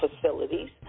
facilities